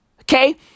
Okay